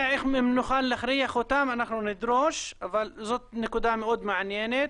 אנחנו נדרוש, זאת נקודה מאוד מעניינת.